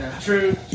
True